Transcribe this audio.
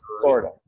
florida